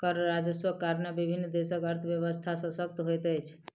कर राजस्वक कारणेँ विभिन्न देशक अर्थव्यवस्था शशक्त होइत अछि